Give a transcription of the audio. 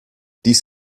dies